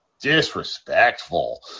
disrespectful